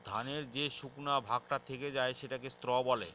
ধানের যে শুকনা ভাগটা থেকে যায় সেটাকে স্ত্র বলে